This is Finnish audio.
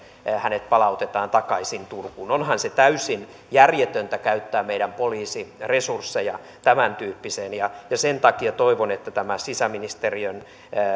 hänet palautetaan takaisin turkuun onhan se täysin järjetöntä käyttää meidän poliisiresursseja tämäntyyppiseen ja ja sen takia toivon että tämä sisäministeriön